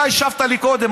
אתה השבת לי קודם,